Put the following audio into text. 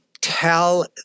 tell